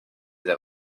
that